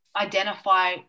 identify